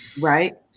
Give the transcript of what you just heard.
Right